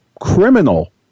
criminal